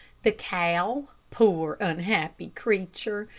the cow, poor unhappy creature,